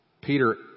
peter